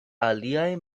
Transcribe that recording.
aliaj